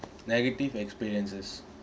negative experiences